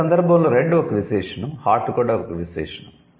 ఈ సందర్భంలో 'రెడ్' ఒక విశేషణం 'హాట్' కూడా ఒక విశేషణం